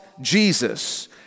Jesus